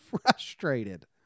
frustrated